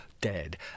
dead